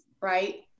right